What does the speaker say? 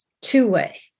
two-way